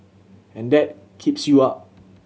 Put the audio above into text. and that keeps you up